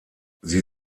sie